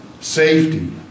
safety